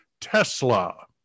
Tesla